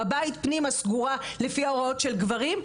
בבית פנימה סגורה לפי ההוראות של גברים,